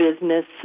business